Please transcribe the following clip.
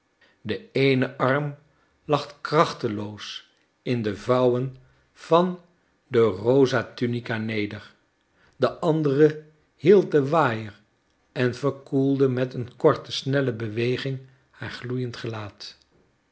de eene arm lag krachteloos in de vouwen van de rosa tunica neder de andere hield den waaier en verkoelde met een korte snelle beweging haar gloeiend gelaat